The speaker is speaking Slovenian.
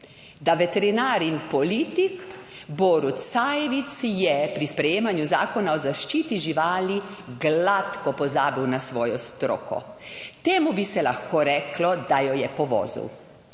da veterinar in politik Borut Sajovic, je pri sprejemanju Zakona o zaščiti živali gladko pozabil na svojo stroko. Temu bi se lahko reklo, da jo je povozil.